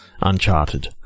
Uncharted